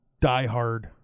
diehard